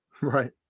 Right